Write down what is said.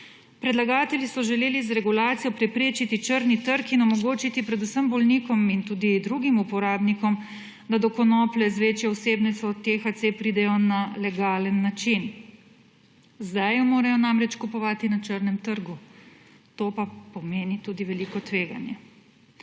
Predlagatelji so želeli z regulacijo preprečiti črni trg in omogočiti predvsem bolnikom in tudi drugim uporabnikom, da do konoplje z večjo vsebnostjo THC pridejo na legalen način. Zdaj jo morajo namreč kupovati na črnem trgu, to pa pomeni tudi veliko tveganje.